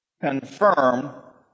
confirm